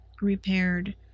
repaired